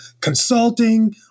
consulting